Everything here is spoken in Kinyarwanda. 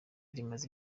rimaze